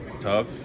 tough